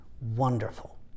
wonderful